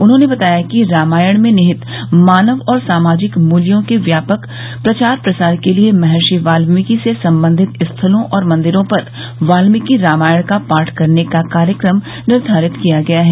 उन्होंने बताया कि रामायण में निहित मानव और सामाजिक मूल्यों के व्यापक प्रचार प्रसार के लिये महर्षि बाल्मीकि से संबंधित स्थलों और मंदिरों पर बाल्मीकि रामायण का पाठ करने का कार्यक्रम निर्धारित किया गया है